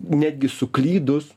netgi suklydus